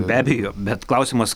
be abejo bet klausimas